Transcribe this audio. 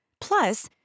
Plus